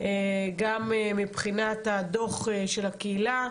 גם מבחינת הדוח של הקהילה,